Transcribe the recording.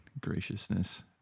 graciousness